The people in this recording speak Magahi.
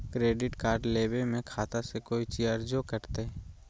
क्रेडिट कार्ड लेवे में खाता से कोई चार्जो कटतई?